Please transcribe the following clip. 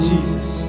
Jesus